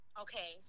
Okay